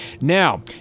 Now